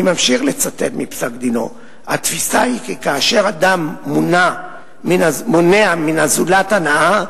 אני ממשיך לצטט מפסק-דינו: "התפיסה היא כי כאשר אדם מונע מן הזולת הנאה,